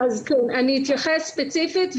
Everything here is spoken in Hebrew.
אני אתייחס ספציפית.